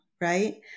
right